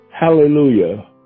Hallelujah